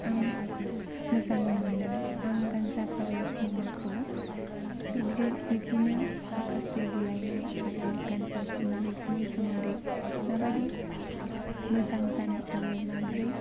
आं मोजां मोनो आं गानजा फाग्ला सिनेमाखौ बिब्दिनो माखासे बुलायनाय आरो गानजा सोबनाय बेफोरनि सोमोन्दै माबायदि मोजां जानो आरो माबोरै